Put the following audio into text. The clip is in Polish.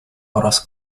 oraz